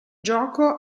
gioco